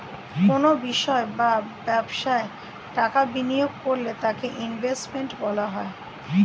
কোনো বিষয় বা ব্যবসায় টাকা বিনিয়োগ করলে তাকে ইনভেস্টমেন্ট বলা হয়